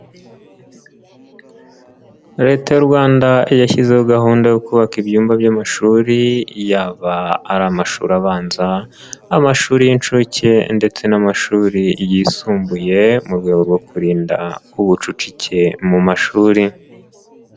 Leta y'u Rwanda yashyizeho gahunda yo kubaka ibyumba by'amashuri yaba ari amashuri abanza, amashuri y'inshuke ndetse n'amashuri yisumbuye mu rwego rwo kurinda ubucucike mu mashuri.